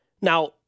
Now